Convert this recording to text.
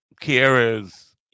Kiera's